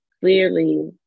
clearly